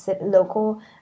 local